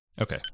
Okay